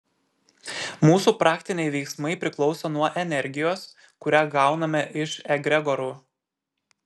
mūsų praktiniai veiksmai priklauso nuo energijos kurią gauname iš egregorų